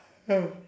ya